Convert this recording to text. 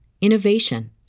innovation